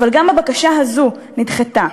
אבל גם הבקשה הזאת נדחתה.